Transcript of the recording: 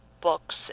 books